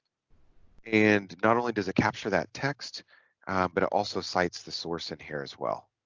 and not only does it capture that text but it also cites the source in here as well